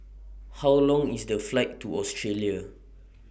How Long IS The Flight to Australia